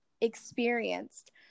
experienced